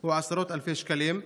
הוא עשרות אלפי שקלים?